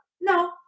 no